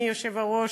אדוני היושב-ראש,